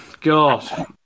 God